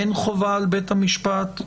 אין חובה על בית המשפט לשמוע,